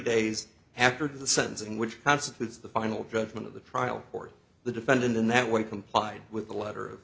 days after the sentencing which constitutes the final judgment of the trial or the defendant in that way complied with the letter of